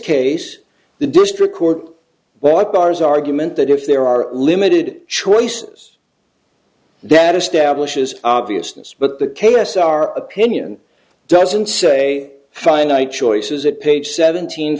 case the district court well it bars argument that if there are limited choices that establishes obviousness but the k s our opinion doesn't say finite choices at page seventeen